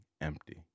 empty